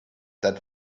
that